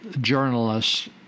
journalists